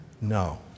No